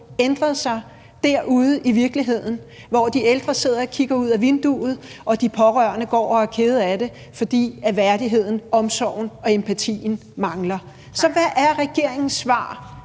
ændret sig derude i virkeligheden, hvor de ældre sidder og kigger ud ad vinduet og de pårørende går og er kede af det, fordi værdigheden, omsorgen og empatien mangler. Så hvad er regeringens svar?